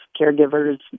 caregivers